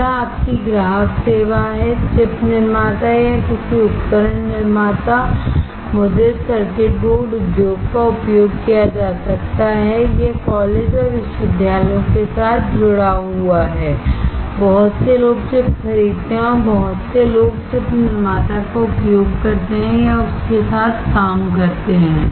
अगला आपकी ग्राहक सेवा है चिप निर्माता या किसी उपकरण निर्माता मुद्रित सर्किट बोर्ड उद्योग का उपयोग किया जा सकता है यह कॉलेज और विश्वविद्यालयों के साथ जुड़ा हुआ है बहुत से लोग चिप खरीदते हैं बहुत से लोग चिप निर्माता का उपयोग करते हैं या उसके साथ काम करते हैं